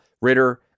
Ritter